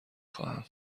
خواهم